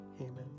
Amen